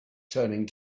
turning